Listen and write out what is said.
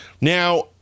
Now